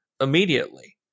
immediately